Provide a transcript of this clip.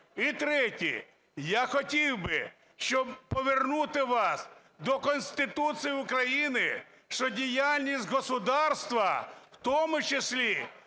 І третє. Я хотів би, щоб повернути вас до Конституції України, що діяльність государства, в тому числі